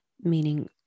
Meaning